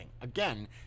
again